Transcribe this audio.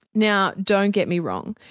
now don't get me wrong,